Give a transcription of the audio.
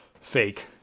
fake